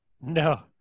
No